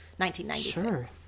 1996